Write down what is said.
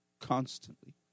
constantly